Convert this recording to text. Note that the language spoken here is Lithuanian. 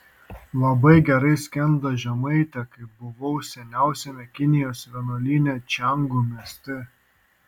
labai gerai skendo žemaitė kai buvau seniausiame kinijos vienuolyne čiangu mieste